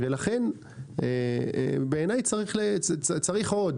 לכן בעיניי צריך עוד.